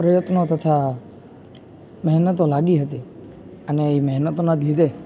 પ્રયત્નો તથા મહેનતો લાગી હતી અને એ મહેનતોના જ લીધે